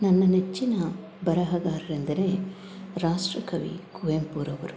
ನನ್ನ ನೆಚ್ಚಿನ ಬರಹಗಾರರೆಂದರೆ ರಾಷ್ಟ್ರಕವಿ ಕುವೆಂಪುರವರು